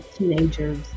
teenagers